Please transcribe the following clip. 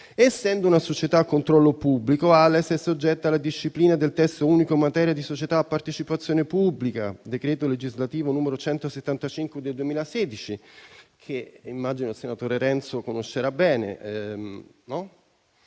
Essendo una società a controllo pubblico, Ales è soggetta alla disciplina del testo unico in materia di società a partecipazione pubblica (decreto legislativo n. 175 del 2016) - che immagino il senatore Renzi conoscerà bene -